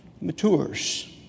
matures